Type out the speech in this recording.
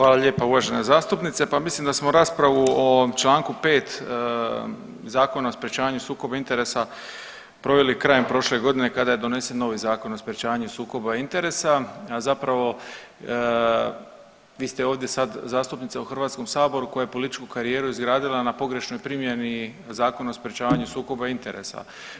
Hvala lijepa uvažena zastupnice, pa mislim da smo raspravu o ovom Članku 5. Zakona o sprječavanju interesa proveli krajem prošle godine kada je donesen novi Zakon o sprječavanju sukoba interesa, a zapravo vi ste ovdje sad zastupnica u Hrvatskom saboru koja je političku karijeru izgradila na pogrešnoj primjeni Zakona o sprječavanju sukoba interesa.